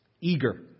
Eager